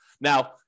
Now